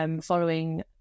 following